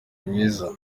mwiza